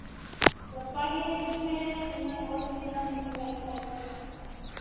ᱜᱟᱯᱟ ᱜᱮ ᱦᱤᱡᱩᱜ ᱢᱮ ᱤᱱᱟᱹᱜ ᱚᱥᱩᱵᱤᱫᱟᱢ ᱵᱩᱡᱷᱟᱹᱜᱮ ᱠᱷᱟᱱ ᱫᱚ